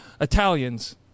Italians